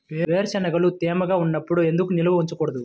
వేరుశనగలు తేమగా ఉన్నప్పుడు ఎందుకు నిల్వ ఉంచకూడదు?